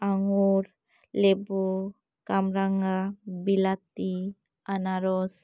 ᱟᱸᱜᱩᱨ ᱞᱮᱵᱩ ᱠᱟᱢᱨᱟᱝᱟ ᱵᱤᱞᱟᱛᱤ ᱟᱱᱟᱨᱚᱥ